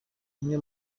imwe